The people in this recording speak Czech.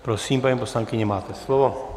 Prosím, paní poslankyně, máte slovo.